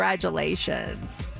Congratulations